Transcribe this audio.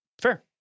Fair